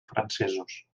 francesos